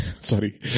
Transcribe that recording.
sorry